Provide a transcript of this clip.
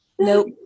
Nope